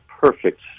perfect